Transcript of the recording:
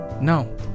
no